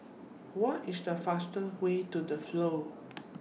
What IS The faster Way to The Flow